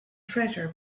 treasure